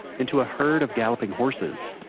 into a herd of galloping horses.